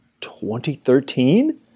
2013